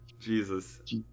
Jesus